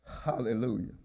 Hallelujah